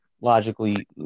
logically